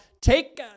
take